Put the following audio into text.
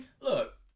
look